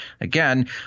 again